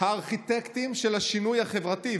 "הארכיטקטים של השינוי החברתי".